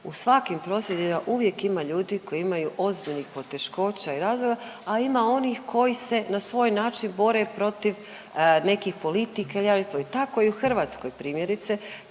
U svakim prosvjedima uvijek ima ljudi koji imaju ozbiljnih poteškoća i razloga, ali ima onih koji se na svoj način bore protiv nekih politika …/Govornica